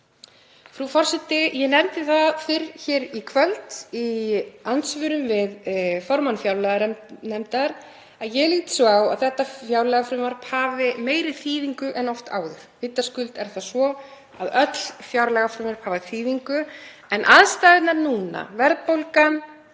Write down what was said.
Frú forseti. Ég nefndi það hér fyrr í kvöld, í andsvörum við formann fjárlaganefndar, að ég líti svo á að þetta fjárlagafrumvarp hafi meiri þýðingu en oft áður. Vitaskuld er það svo að öll fjárlagafrumvörp hafa þýðingu en aðstæðurnar núna, verðbólgan,